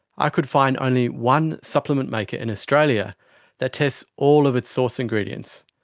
i could find only one supplement maker in australia that tests all of its source ingredients.